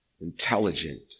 intelligent